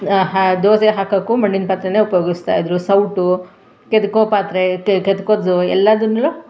ಆಹಾ ದೋಸೆ ಹಾಕೋಕ್ಕೂ ಮಣ್ಣಿನ ಪಾತ್ರೆಯೇ ಉಪಯೋಗಿಸ್ತಾ ಇದ್ದರು ಸೌಟು ಕೆದಕೊ ಪಾತ್ರೆ ಕೆದಕೋದು ಎಲ್ಲದುನೂ